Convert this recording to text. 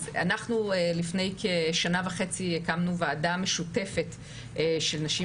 אז אנחנו לפני כשנה וחצי הקמנו ועדה משותפת של נשים